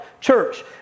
Church